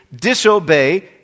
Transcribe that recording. disobey